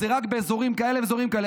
זה רק באזורים כאלה ואזורים כאלה.